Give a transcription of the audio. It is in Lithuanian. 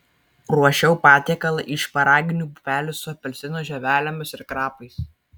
ruošiau patiekalą iš šparaginių pupelių su apelsinų žievelėmis ir krapais